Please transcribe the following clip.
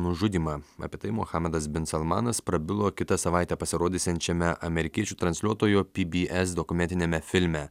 nužudymą apie tai mohamedas bin salmanas prabilo kitą savaitę pasirodysiančiame amerikiečių transliuotojo pbs dokumentiniame filme